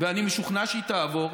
ואני משוכנע שהיא תעבור,